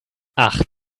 ach